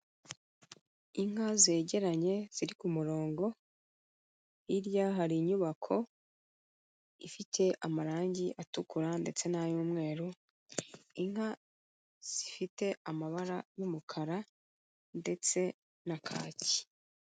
Inka zegeranye ziri ku murongo, hirya hari inyubako ifite amarange atukura ndetse n'ay'umweru, inka zifite amabara y'umukara ndetse na kaki.